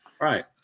Right